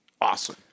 awesome